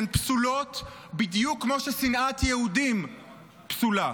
הן פסולות בדיוק כמו ששנאת יהודים פסולה.